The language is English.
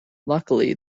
luckily